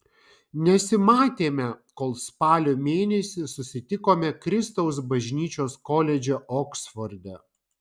nesimatėme kol spalio mėnesį susitikome kristaus bažnyčios koledže oksforde